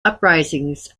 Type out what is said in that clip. uprisings